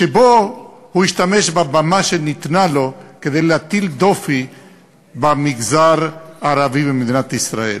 שבו הוא השתמש בבמה שניתנה לו כדי להטיל דופי במגזר הערבי במדינת ישראל.